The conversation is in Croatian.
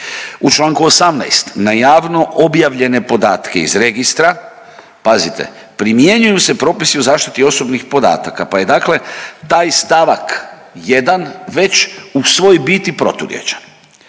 U članku 18. na javno objavljene podatke iz registra pazite primjenjuju se propisi o zaštiti osobnih podataka, pa je dakle taj stavak 1. već u svojoj biti proturječan.